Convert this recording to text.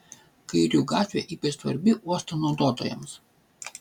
kairių gatvė ypač svarbi uosto naudotojams